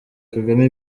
kagame